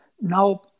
now